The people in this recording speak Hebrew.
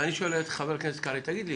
ואני שואל את חבר הכנסת קרעי: תגיד לי,